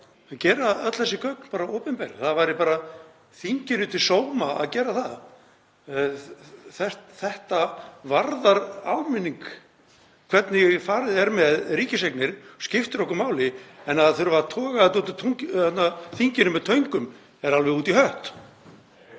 gera öll þessi gögn bara opinber, það væri þinginu til sóma að gera það. Þetta varðar almenning. Hvernig farið er með ríkiseignir skiptir okkur máli. En að það þurfi að toga þetta út úr þinginu með töngum er alveg út í hött.